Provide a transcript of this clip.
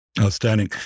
Outstanding